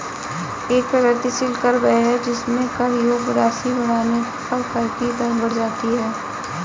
एक प्रगतिशील कर वह है जिसमें कर योग्य राशि बढ़ने पर कर की दर बढ़ जाती है